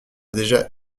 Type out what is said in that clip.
déjà